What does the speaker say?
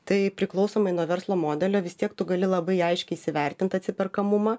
tai priklausomai nuo verslo modelio vis tiek tu gali labai aiškiai įsivertint atsiperkamumą